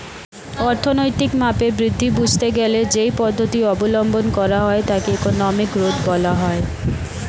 অর্থনৈতিক মাপের বৃদ্ধি বুঝতে গেলে যেই পদ্ধতি অবলম্বন করা হয় তাকে ইকোনমিক গ্রোথ বলা হয়